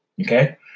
okay